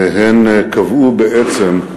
והן קבעו, בעצם,